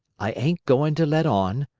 i ain't goin' to let on,